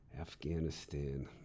Afghanistan